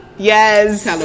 yes